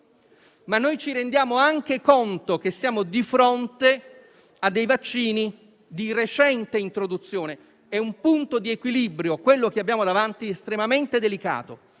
ma ci rendiamo anche conto che siamo di fronte a vaccini di recente introduzione. È un punto di equilibrio; quello che abbiamo davanti è estremamente delicato